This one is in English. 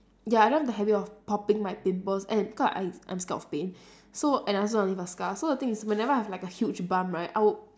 ya I don't have the habit of popping my pimples and because I I'm scared of pain so and I also don't want to leave a scar so the thing is whenever I have like a huge bump right I will